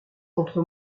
contre